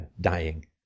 dying